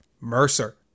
Mercer